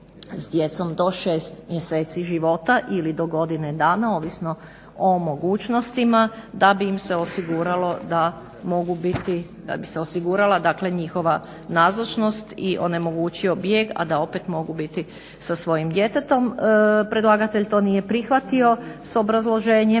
s djecom do šest mjeseci života ili do godine dana ovisno o mogućnostima da bi im se osiguralo da mogu biti, da bi se osigurala dakle njihova nazočnost i onemogućio bijeg, a da opet mogu biti sa svojim djetetom. Predlagatelj to nije prihvatio s obrazloženjem